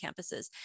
campuses